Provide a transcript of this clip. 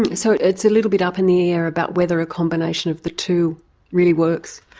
and so it's a little bit up in the air about whether a combination of the two really works?